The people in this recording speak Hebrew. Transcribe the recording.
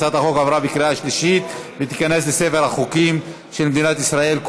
הצעת החוק עברה בקריאה שלישית ותיכנס לספר החוקים של מדינת ישראל,